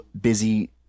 busy